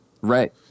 Right